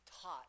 taught